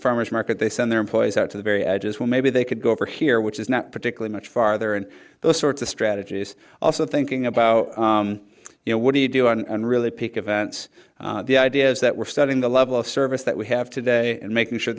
farmer's market they send their employees out to the very edges where maybe they could go over here which is not particularly much farther and those sorts of strategies also thinking about you know what do you do and really peak events the idea is that we're studying the level of service that we have today and making sure